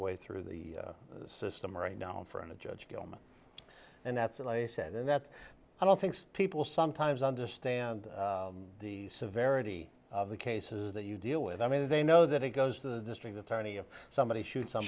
way through the system right now in front of judge gilman and that's what i said in that i don't think people sometimes understand the severity of the cases that you deal with i mean they know that it goes to the district attorney if somebody shoots